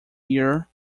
year